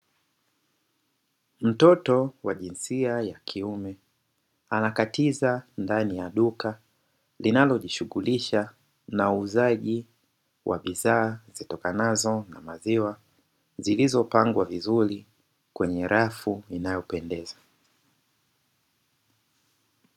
Mtoto wa jinsia ya kiume anakatiza ndani ya duka linalojishughulisha na uzaji wa bidhaa, zitokanazo na maziwa zilizopangwa vizuri kwenye rafu inayopendeza.